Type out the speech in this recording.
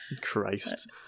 Christ